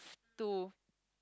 to